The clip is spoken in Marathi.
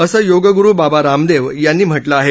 असं योगगुरु बाबा रामदेव यांनी म्हटलं आहे